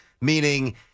Meaning